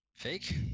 Fake